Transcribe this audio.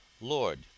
Lord